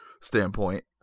standpoint